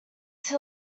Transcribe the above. too